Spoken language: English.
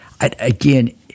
again